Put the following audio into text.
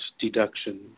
deduction